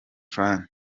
tran